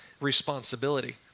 responsibility